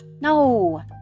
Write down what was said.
No